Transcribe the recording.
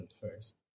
first